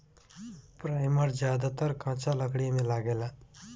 primer ज्यादातर कच्चा लकड़ी में लागेला